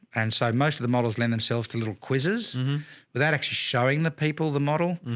and so most of the models lend themselves to little quizzes without actually showing the people the model.